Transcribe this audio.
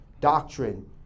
doctrine